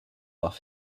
off